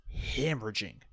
hemorrhaging